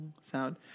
sound